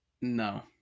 No